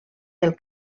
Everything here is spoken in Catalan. del